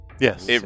Yes